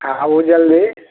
आ आउ जल्दी